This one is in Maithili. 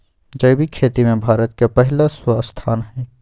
जैविक खेती में भारत के पहिला स्थान हय